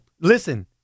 Listen